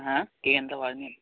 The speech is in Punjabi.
ਹਾਂ ਕੀ ਕਹਿੰਦਾ ਆਵਾਜ ਨੀ ਆਈ